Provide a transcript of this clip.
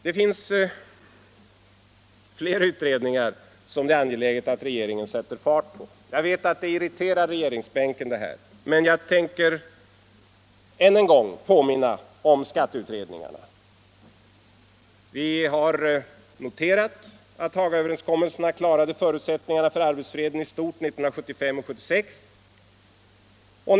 Det finns fler utredningar som det är angeläget att regeringen sätter fart på. Jag vet att det irriterar dem som sitter på regeringsbänken, men jag tänker än en gång påminna om skatteutredningarna. Vi har noterat att Hagaöverenskommelserna klarade förutsättningarna för arbetsfreden i stort 1975 och 1976.